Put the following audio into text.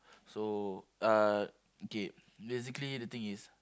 so uh okay basically the thing is